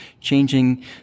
changing